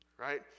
Right